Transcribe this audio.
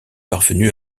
parvenu